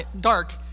dark